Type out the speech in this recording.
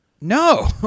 No